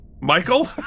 Michael